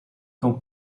con